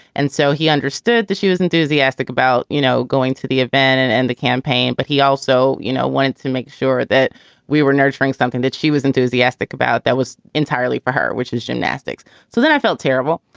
and so he understood that she was enthusiastic about, you know, going to the event and and the campaign. but he also, you know, wanted to make sure that we were nurturing something that she was enthusiastic about. that was entirely for her, which is gymnastics. so then i felt terrible.